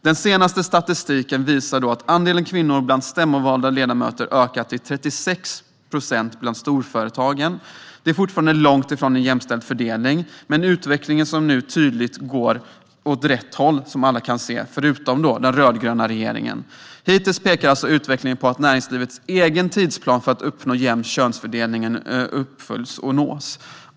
Den senaste statistiken visar att andelen kvinnor bland stämmovalda ledamöter ökat till 36 procent i storföretagen. Det är fortfarande långt ifrån en jämställd fördelning, men utvecklingen går, som alla kan se, åt rätt håll - alla utom den rödgröna regeringen. Hittills pekar alltså utvecklingen på att näringslivets egen tidsplan för att uppnå jämn könsfördelning uppföljs och nås.